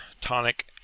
tonic